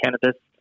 cannabis